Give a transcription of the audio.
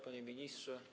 Panie Ministrze!